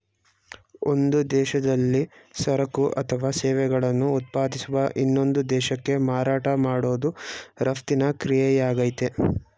ಒಂದು ದೇಶದಲ್ಲಿ ಸರಕು ಅಥವಾ ಸೇವೆಗಳನ್ನು ಉತ್ಪಾದಿಸುವ ಇನ್ನೊಂದು ದೇಶಕ್ಕೆ ಮಾರಾಟ ಮಾಡೋದು ರಫ್ತಿನ ಕ್ರಿಯೆಯಾಗಯ್ತೆ